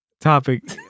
Topic